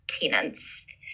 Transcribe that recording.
tenants